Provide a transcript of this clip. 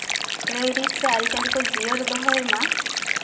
ᱨᱟᱹᱭ ᱨᱤᱛ ᱥᱮ ᱟᱹᱨᱤᱪᱟᱹᱞᱤ ᱠᱚ ᱡᱤᱭᱟᱹᱲ ᱫᱚᱦᱚᱭ ᱢᱟ